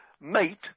meet